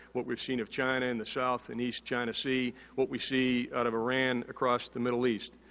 what we've seen of china in the south and east china sea. what we see out of iran across the middle east.